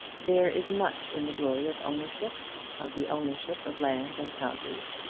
there is much in the glory of ownership of the ownership of land and houses,